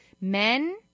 men